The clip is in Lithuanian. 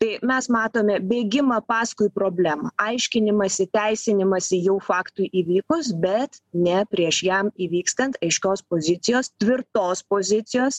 tai mes matome bėgimą paskui problemą aiškinimąsi teisinimąsi jau faktui įvykus bet ne prieš jam įvykstant aiškios pozicijos tvirtos pozicijos